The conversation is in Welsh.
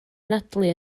anadlu